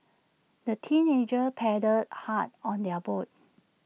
the teenagers paddled hard on their boat